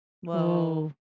Whoa